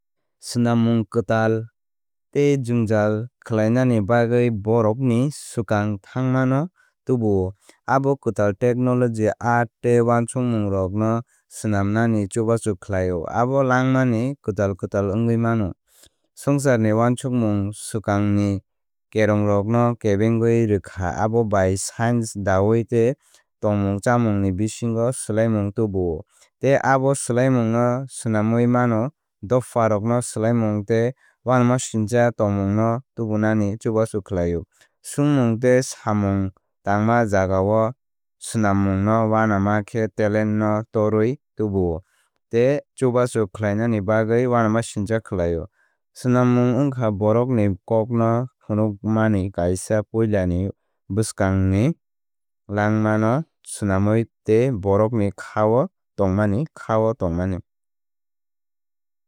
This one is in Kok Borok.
Snammung kwtal swnammung tei jwngjal khlainani bagwi borokni swkang thangma no tubuo. Abo kwtal technology art tei uansukmungrokno swnamnani chubachu khlaio abo langmani kwtal kwtal wngwi mano. Swngcharni uansukmung swkangni kerongrokno kebengwi rwkha abo bai science dawai tei tongmungchamungni bisingo swlaimung tubuo. Tei abo swlaimungno swnamwi mano dopharokno swlaimung tei uanamasingcha tongmungno tubunani chubachu khlaio. Swngmung tei samung tangma jagao swnammungno uanama khe talent no torwi tubuo tei chubachu khlainani bagwi uanamasingcha khlaio. Swnammung wngkha borokni kokno phunukmani kaisa puilani bwskangni langmano swnamwi tei borokni kháo tongmani kháo tongmani.